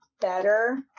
better